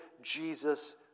Jesus